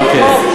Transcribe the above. אוקיי.